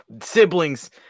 Siblings